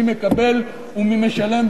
מי מקבל ומי משלם,